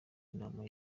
inama